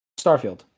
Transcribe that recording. Starfield